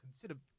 consider